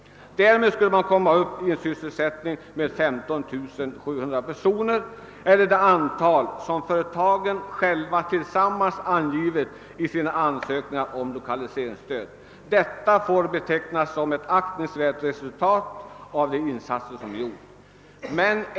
Därmed skulle man komma upp i en sysselsättning omfattande 15700 personer, vilket är det antal som företagen själva sammanlagt angivit i sina ansökningar om lokaliseringsstöd. Detta får betecknas som ett aktningsvärt resultat av de insatser som gjorts.